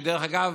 ודרך אגב,